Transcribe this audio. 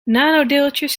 nanodeeltjes